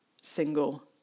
single